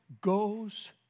goes